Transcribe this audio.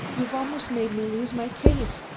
you've almost made me lose my case.